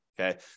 okay